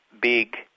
big